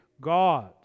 God